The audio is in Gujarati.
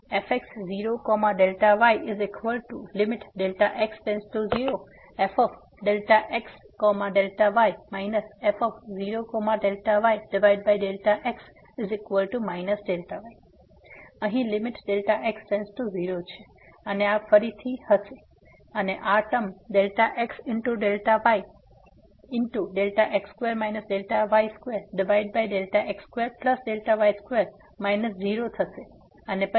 fx0ΔyfΔxΔy f0ΔyΔx Δy તેથી અહીં Δx→0 છે અને આ ફરીથી હશે અને આ ટર્મ ΔxΔyΔx2 Δy2x2Δy2 0 અને પછી અમારી પાસે Δx છે અહીં